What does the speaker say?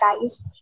guys